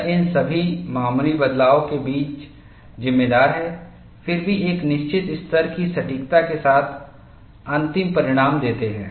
यह इन सभी मामूली बदलावों के लिए जिम्मेदार है फिर भी एक निश्चित स्तर की सटीकता के साथ अंतिम परिणाम देते हैं